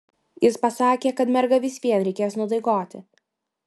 jis pasakė kad mergą vis vien reikės nudaigoti